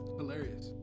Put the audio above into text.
hilarious